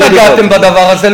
לא נגעתם בדבר הזה,